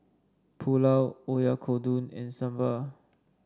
Pulao Oyakodon and Sambar